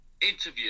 interview